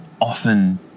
often